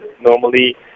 normally